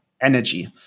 energy